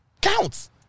counts